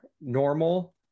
normal